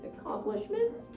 accomplishments